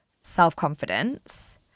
self-confidence